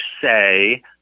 say